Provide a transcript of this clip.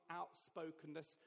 outspokenness